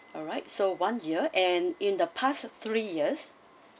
alright so one year and in the past three years